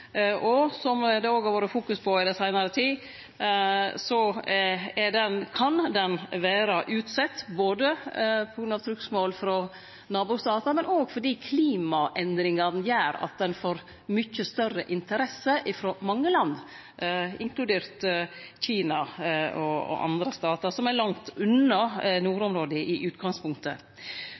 Som det òg har vore fokus på i den seinare tida, kan den vere utsett, både på grunn av trugsmål frå nabostatane og fordi klimaendringane gjer at ein får mykje større interesse frå mange land, inkludert Kina og andre statar som er langt unna nordområda i utgangspunktet.